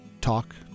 talk